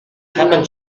happen